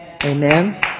Amen